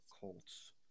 Colts